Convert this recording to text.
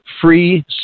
free